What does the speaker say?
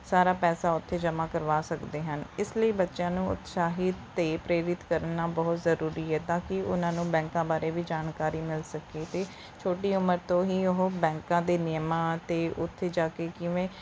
ਸਾਰਾ ਪੈਸਾ ਉੱਥੇ ਜਮ੍ਹਾਂ ਕਰਵਾ ਸਕਦੇ ਹਨ ਇਸ ਲਈ ਬੱਚਿਆਂ ਨੂੰ ਉਤਸ਼ਾਹਿਤ ਅਤੇ ਪ੍ਰੇਰਿਤ ਕਰਨਾ ਬਹੁਤ ਜ਼ਰੂਰੀ ਹੈ ਤਾਂ ਕਿ ਉਨ੍ਹਾਂ ਨੂੰ ਬੈਂਕਾਂ ਬਾਰੇ ਵੀ ਜਾਣਕਾਰੀ ਮਿਲ ਸਕੇ ਅਤੇ ਛੋਟੀ ਉਮਰ ਤੋਂ ਹੀ ਉਹ ਬੈਂਕਾ ਦੇ ਨਿਯਮਾਂ ਅਤੇ ਉੱਥੇ ਜਾ ਕੇ ਕਿਵੇਂ